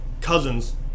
cousins